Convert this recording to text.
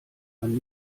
man